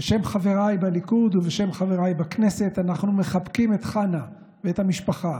בשם חבריי בליכוד ובשם חבריי בכנסת אנחנו מחבקים את חנה ואת המשפחה